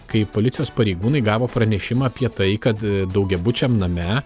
kai policijos pareigūnai gavo pranešimą apie tai kad daugiabučiam name